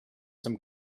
some